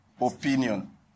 Opinion